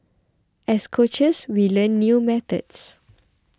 as coaches we learn new methods